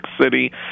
City